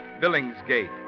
Billingsgate